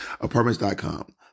Apartments.com